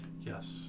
yes